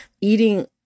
eating